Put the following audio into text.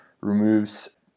removes